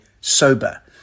sober